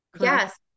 Yes